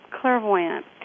clairvoyant